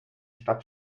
stadt